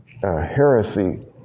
heresy